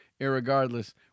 Irregardless